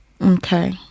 Okay